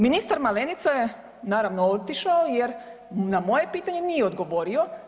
Ministar Malenica je naravno otišao jer na moje pitanje nije odgovorio.